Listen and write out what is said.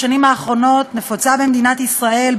בשנים האחרונות נפוצה במדינת ישראל,